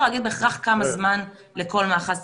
להגיד בהכרח כמה זמן לכל מאחז צריך,